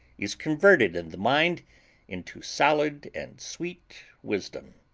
is converted in the mind into solid and sweet wisdom